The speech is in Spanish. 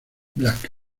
excepto